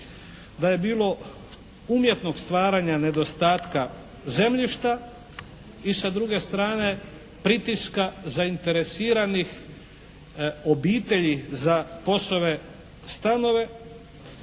da je bilo umjetnog stvaranja nedostatka zemljišta i sa druge strane pritiska zainteresiranih obitelji za POS-ove stanove